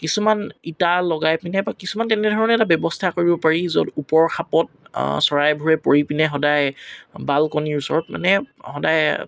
কিছুমান ইটা লগাই পিনে বা কিছুমান তেনেধৰণৰ ব্যৱস্থা কৰিব পাৰি য'ত ওপৰৰ খাপত চৰাইবোৰে পৰিপেনে সদাই বালকনিৰ ওচৰত মানে সদায়